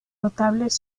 notables